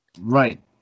Right